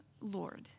Lord